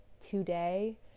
today